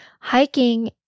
Hiking